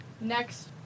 next